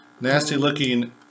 nasty-looking